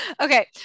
Okay